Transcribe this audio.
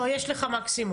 לא, יש לך מקסימום.